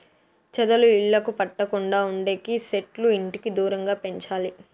చెదలు ఇళ్లకు పట్టకుండా ఉండేకి సెట్లు ఇంటికి దూరంగా పెంచాలి